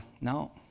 No